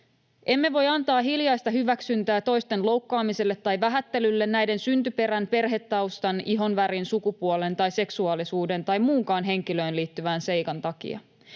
”Emme voi antaa hiljaista hyväksyntää toisten loukkaamiselle tai vähättelylle näiden syntyperän, perhetaustan, ihonvärin, sukupuolen tai seksuaalisuuden tai muunkaan henkilöön liittyvän seikan takia.